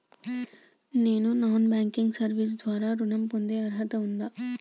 నేను non banking service ద్వారా ఋణం పొందే అర్హత ఉందా?